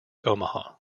omaha